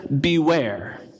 beware